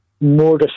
more